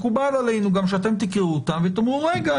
גם מקובל עלינו שאתם תקראו אותם ותאמרו רגע,